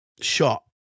shot